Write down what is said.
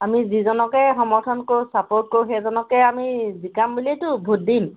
আমি যিজনকে সমৰ্থন কৰোঁ ছাপৰ্ট কৰোঁ সেইজনকে আমি জিকাম বুলিয়েতো ভোট দিম